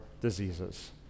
diseases